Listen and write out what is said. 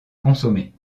consommée